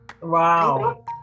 wow